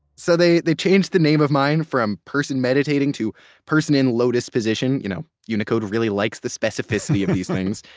so they they changed the name of mine from person meditating to person in lotus position. you know, unicode really likes the specificity of these things.